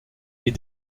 est